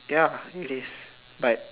ya really but